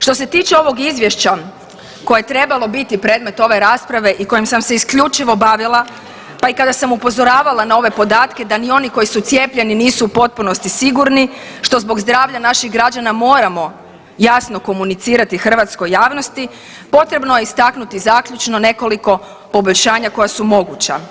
Što se tiče ovog izvješća koje je trebalo biti predmet ove rasprave i kojem sam se isključivo bavila pa i kada sam upozoravala na ove podatke na ove podatke da ni oni koji su cijepljeni nisu u potpunosti sigurni što zbog naših građana moramo jasno komunicirati hrvatskoj javnosti, potrebno je istaknuti zaključno nekoliko poboljšanja koja su moguća.